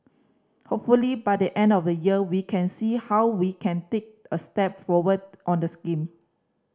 hopefully by the end of the year we can see how we can take a step forward on the scheme